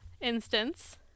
instance